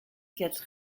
quatre